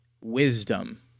wisdom